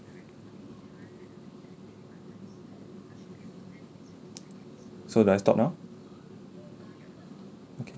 so do I stop now okay